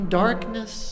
darkness